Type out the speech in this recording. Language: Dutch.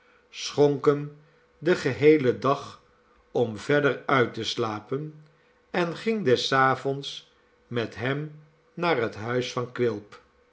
schonk hem den geheelen dag om verder uit te slapen en ging des avonds met hem naar het huis van quilp